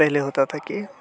पहले होता था कि